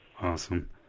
Awesome